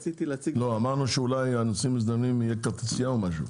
אמרנו שאולי הנוסעים המזדמנים יהיה כרטיסיה או משהו,